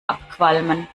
abqualmen